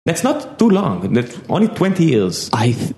זה לא מלא, זה רק עשרים שנה. אני...